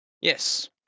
Yes